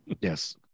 yes